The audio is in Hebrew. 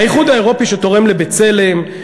האיחוד האירופי שתורם ל"בצלם",